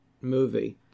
movie